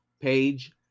page